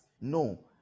no